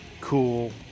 cool